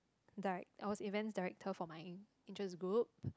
direct I was event director for my interest group